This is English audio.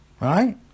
right